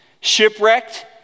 Shipwrecked